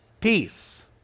peace